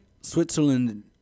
Switzerland